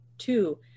two